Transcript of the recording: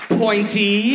pointy